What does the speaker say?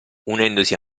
unendosi